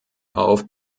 auf